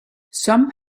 some